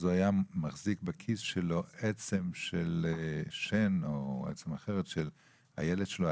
אז הוא היה מחזיק בכיס שלו עצם של שן או עצם אחרת של הילד שלו,